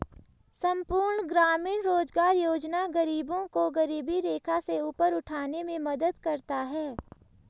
संपूर्ण ग्रामीण रोजगार योजना गरीबों को गरीबी रेखा से ऊपर उठाने में मदद करता है